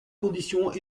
conditions